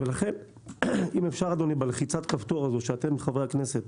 לכן אם אפשר בלחיצת הכפתור הזו שאתם חברי הכנסת,